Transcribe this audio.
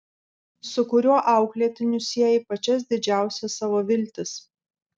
su kuriuo auklėtiniu sieji pačias didžiausias savo viltis